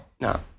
No